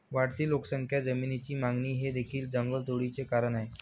वाढती लोकसंख्या, जमिनीची मागणी हे देखील जंगलतोडीचे कारण आहे